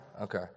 okay